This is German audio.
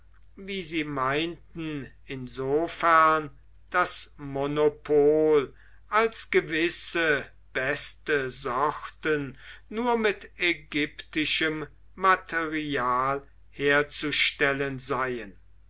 wie sie meinten insofern das monopol als gewisse beste sorten nur mit ägyptischem material herzustellen seien